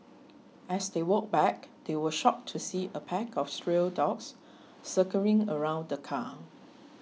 as they walked back they were shocked to see a pack of stray dogs circling around the car